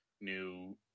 new